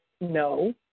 no